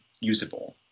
usable